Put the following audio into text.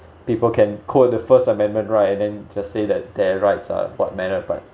people can quote the first amendment right and then just say that their rights are what matter but